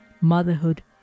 motherhood